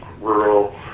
rural